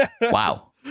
Wow